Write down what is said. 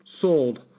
Sold